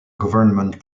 government